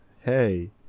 Hey